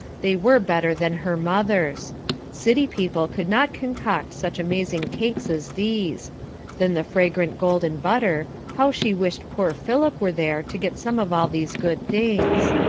they were better than her mother's city people could not concoct such amazing cakes as these then the fragrant golden butter, how she wished poor philip were there to get some of all these good things.